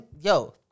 Yo